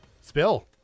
Spill